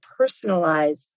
personalize